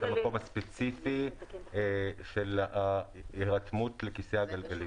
המקום הספציפי של ההירתמות לכיסא הגלגלים.